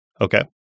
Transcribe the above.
Okay